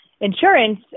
insurance